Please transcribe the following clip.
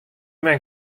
men